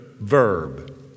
verb